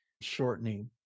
shortening